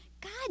God